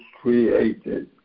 created